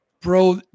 bro